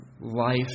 life